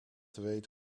weet